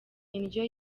indyo